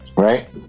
right